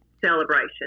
celebration